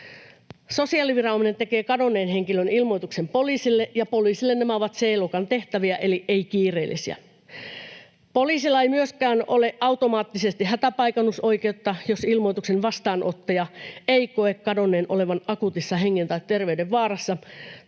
Sosiaaliviranomainen tekee kadonneen henkilön ilmoituksen poliisille, ja poliisille nämä ovat C-luokan tehtäviä, eli ei-kiireellisiä. Poliisilla ei myöskään ole automaattisesti hätäpaikannusoikeutta, jos ilmoituksen vastaanottaja ei koe kadonneen olevan akuutissa hengen- tai terveydenvaarassa